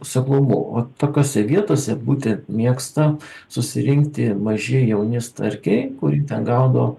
seklumų vat tokiose vietose būtent mėgsta susirinkti maži jauni starkiai kur jų ten gaudo